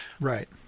Right